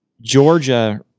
Georgia